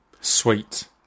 Sweet